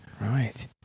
right